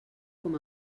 com